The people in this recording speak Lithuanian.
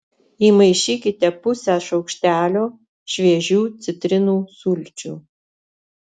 įmaišykite pusę šaukštelio šviežių citrinų sulčių